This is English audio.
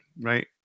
right